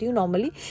normally